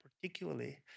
particularly